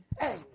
hey